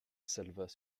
salvat